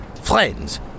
friends